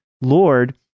Lord